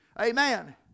Amen